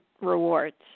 rewards